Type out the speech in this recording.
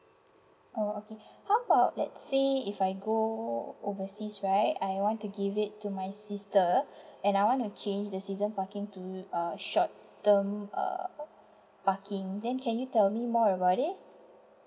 oh okay how about let say if I go overseas right I want to give it to my sister and I want to change the season parking to uh short term err parking then can you tell me more about it